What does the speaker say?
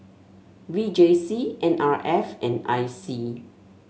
V J C N R F and I C